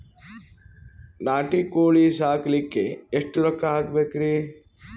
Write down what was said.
ನಾಟಿ ಕೋಳೀ ಸಾಕಲಿಕ್ಕಿ ಎಷ್ಟ ರೊಕ್ಕ ಹಾಕಬೇಕ್ರಿ?